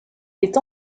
est